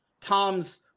Tom's